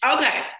Okay